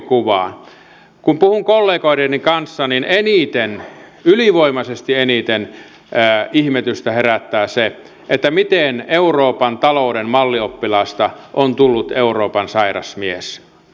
kun puhun kollegoideni kanssa niin eniten ylivoimaisesti eniten ihmetystä herättää se miten euroopan talouden mallioppilaasta on tullut euroopan sairas mies